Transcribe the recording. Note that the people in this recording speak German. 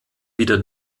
wieder